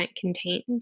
contained